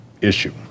issue